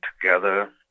together